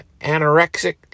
anorexic